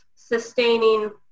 Sustaining